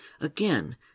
Again